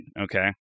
okay